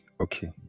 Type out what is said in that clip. Okay